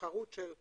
התחרות רק